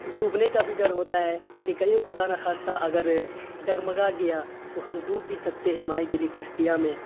ڈوبنے کا بھی ڈر ہوتا ہے کہ کہیں خدا نخواستہ اگر ڈگمگا گیا تو ہم ڈوب بھی سکتے ہیں ماہی گیری کشتیاں میں